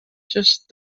just